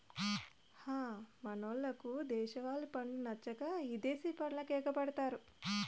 హ మనోళ్లకు దేశవాలి పండ్లు నచ్చక ఇదేశి పండ్లకెగపడతారు